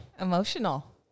Emotional